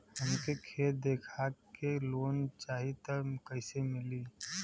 हमके खेत देखा के लोन चाहीत कईसे मिली?